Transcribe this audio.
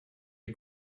est